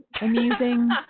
Amusing